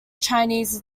chinese